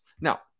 Now